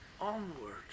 onward